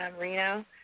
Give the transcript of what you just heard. Reno